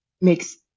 makes